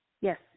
Yes